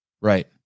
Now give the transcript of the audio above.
Right